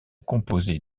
composé